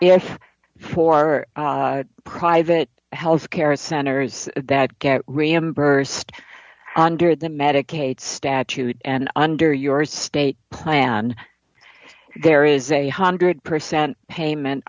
is for private health care centers that get reimbursed under the medicaid statute and under your state plan there is a one hundred percent payment